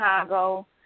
Chicago